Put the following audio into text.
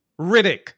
Riddick